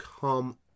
Come